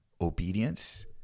obedience